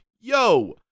yo